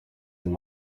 and